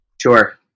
Sure